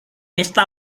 esta